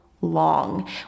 long